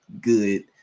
good